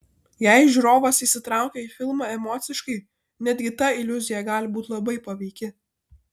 jei žiūrovas įsitraukia į filmą emociškai netgi ta iliuzija gali būti labai paveiki